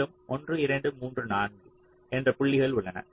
மேலும் 1 2 3 4 என்ற புள்ளிகள் உள்ளன